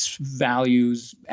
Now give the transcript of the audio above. values